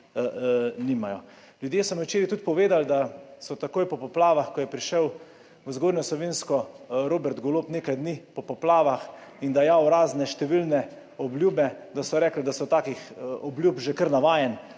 nimajo. Ljudje so mi včeraj tudi povedali, da takoj po poplavah, ko je prišel v Zgornjo Savinjsko Robert Golob nekaj dni po poplavah in dajal razne številne obljube, da so rekli, da so takih obljub že kar navajeni